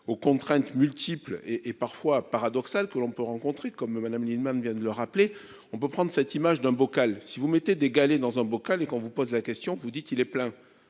aux contraintes multiples et et parfois paradoxal que l'on peut rencontrer comme Madame Lienemann vient de le rappeler. On peut prendre cette image d'un bocal. Si vous mettez des galets dans un bocal et qu'on vous pose la question, vous dites il est plein.